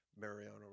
Mariano